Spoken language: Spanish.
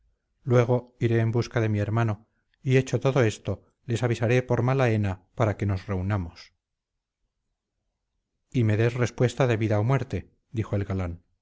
luego iré en busca de mi hermano y hecho todo esto les avisaré por malaena para que nos reunamos y me des respuesta de vida o muerte dijo el galán